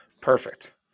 perfect